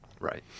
Right